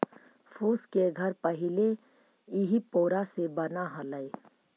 फूस के घर पहिले इही पोरा से बनऽ हलई